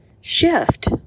shift